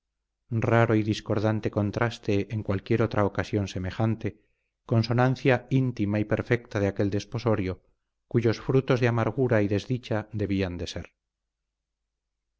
día raro y discordante contraste en cualquier otra ocasión semejante consonancia íntima y perfecta de aquel desposorio cuyos frutos de amargura y desdicha debían de ser